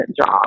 job